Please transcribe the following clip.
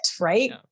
right